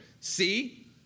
See